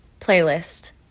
playlist